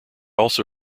also